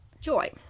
Joy